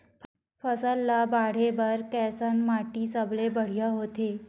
फसल ला बाढ़े बर कैसन माटी सबले बढ़िया होथे?